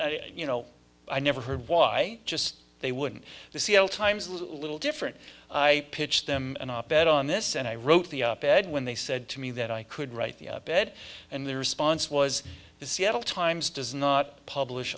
and you know i never heard why just they wouldn't the seattle times a little different i pitched them an op ed on this and i wrote the op ed when they said to me that i could write the bed and their response was the seattle times does not publish